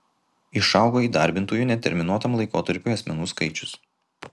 išaugo įdarbintųjų neterminuotam laikotarpiui asmenų skaičius